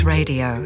Radio